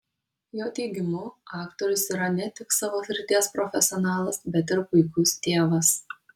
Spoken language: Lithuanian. jo teigimu aktorius yra ne tik savo srities profesionalas bet ir puikus tėvas